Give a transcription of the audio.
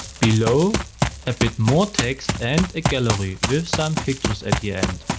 below a bit more text and a gallery with some pictures at the end.